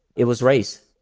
it was race.